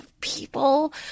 people